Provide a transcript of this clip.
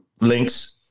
links